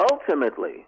ultimately